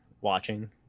watching